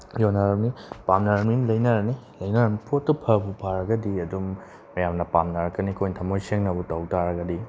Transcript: ꯌꯣꯟꯅꯔꯅꯤ ꯄꯥꯝꯅꯔꯕꯅꯤꯅ ꯂꯩꯅꯔꯅꯤ ꯂꯩꯅꯔꯝꯅꯤ ꯄꯣꯠꯇꯨ ꯐꯕꯨ ꯐꯔꯒꯗꯤ ꯑꯗꯨꯝ ꯃꯌꯥꯝꯅ ꯄꯥꯝꯅꯔꯛꯀꯅꯤ ꯑꯩꯈꯣꯏꯅ ꯊꯝꯃꯣꯏ ꯁꯦꯡꯅꯕꯨ ꯇꯧꯇꯥꯔꯒꯗꯤ